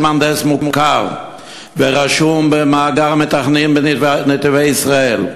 מהנדס מוכר ורשום במאגר המתכננים ב"נתיבי ישראל",